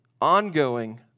ongoing